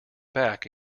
back